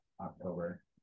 October